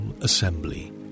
assembly